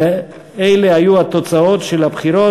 אלה היו התוצאות של הבחירות.